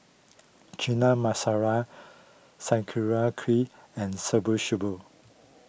Chana Masala Sauerkraut and Shabu Shabu